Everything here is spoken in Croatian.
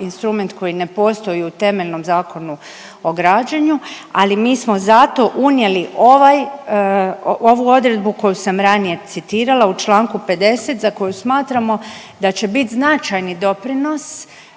instrument koji ne postoji u temeljnom Zakonu o građenju, ali mi smo zato unijeli ovaj, ovu odredbu koju sam ranije citirala u čl. 50 za koju smatramo da će biti značajni doprinos